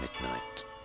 midnight